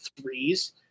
threes